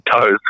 toes